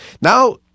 now